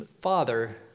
father